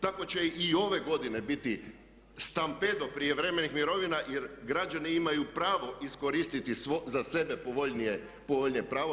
Tako će i ove godine biti stampedo prijevremenih mirovina jer građani imaju pravo iskoristiti za sebe povoljnije pravo.